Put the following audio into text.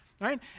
right